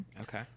Okay